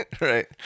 Right